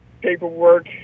paperwork